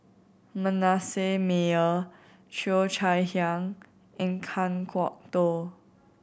Manasseh Meyer Cheo Chai Hiang and Kan Kwok Toh